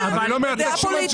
אם זה סוכן ביטוח